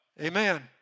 Amen